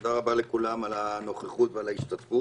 תודה רבה לכולם על הנוכחות ועל ההשתתפות.